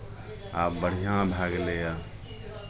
आब बढ़िआँ भए गेलैए